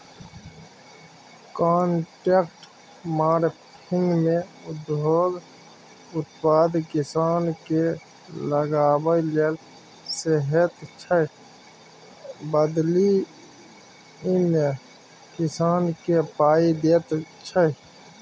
contract फार्मिंगमे उद्योग उत्पाद किसानकेँ लगाबै लेल कहैत छै बदलीमे किसानकेँ पाइ दैत छै